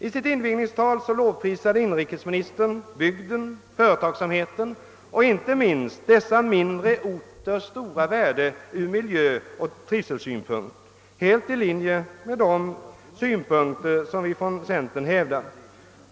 I sitt invigningstal lovprisade inrikesministern bygden, företagsamheten och inte minst dessa mindre orters stora värde från miljöoch trivselsynpunkt — helt i linje med de tankegångar som vi från centern hävdar.